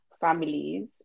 families